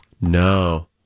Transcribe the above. No